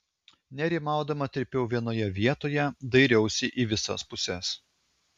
nerimaudama trypiau vienoje vietoje dairiausi į visas puses